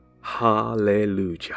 Hallelujah